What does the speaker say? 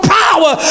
power